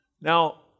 Now